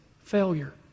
failure